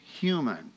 human